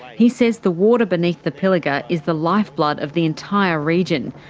he says the water beneath the pilliga is the lifeblood of the entire region,